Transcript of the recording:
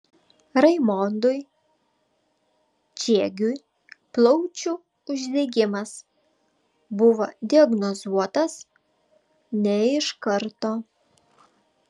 raimondui čiegiui plaučių uždegimas buvo diagnozuotas ne iš karto